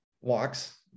walks